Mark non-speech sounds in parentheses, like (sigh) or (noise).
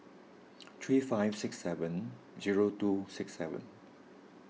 (noise) three five six seven zero two six seven